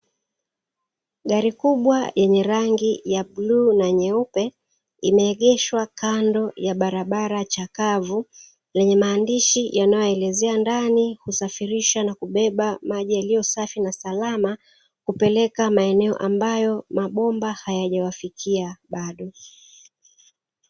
Gari kubwa lenye rangi ya bluu na nyeupe imeegeshwa kando ya barabara chakavu lenye maandishi yanayoelezea, ndani husafirisha na kubeba maji yaliyo safi na salama akupeleka maeneo ambayo mabomba hayajawafikia bado.